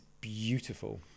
beautiful